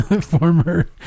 former